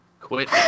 Quit